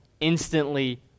instantly